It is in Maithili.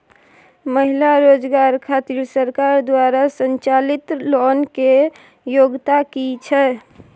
महिला रोजगार खातिर सरकार द्वारा संचालित लोन के योग्यता कि छै?